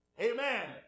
Amen